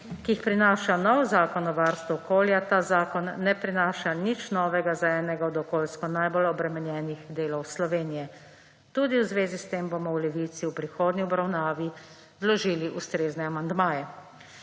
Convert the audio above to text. ki jih prinaša novi Zakon o varstvu okolja, ta zakon ne prinaša nič novega za enega od okoljsko najbolj obremenjenih delov Slovenije. Tudi v zvezi s tem bomo v Levici v prihodnji obravnavi vložili ustrezne amandmaje.